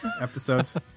Episodes